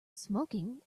smoking